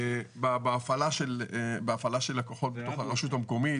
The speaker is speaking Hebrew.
בעניין ההפעלה של הכוחות בתוך הרשות המקומית.